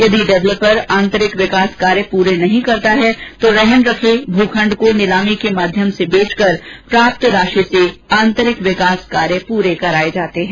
यदि विकासकर्ता आन्तरिक विकास कार्य पूरे नहीं करता है तो रहन रखे भूखण्ड को नीलामी के माध्यम से बेच कर प्राप्त राशि से आन्तरिक विकास कार्य पूरे कराये जाते हैं